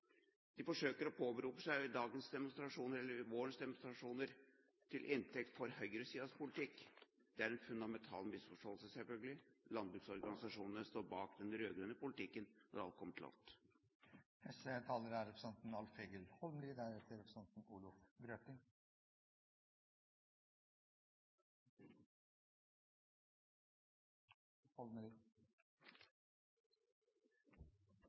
de forsøker å påberope seg vårens demonstrasjoner til inntekt for høyresidens politikk. Det er en fundamental misforståelse, selvfølgelig. Landbruksorganisasjonene står bak den rød-grønne politikken når alt kommer til alt. Eg har ein kommentar til representanten Gunnar Gundersen, som heilt riktig sa at landbruket og bonden har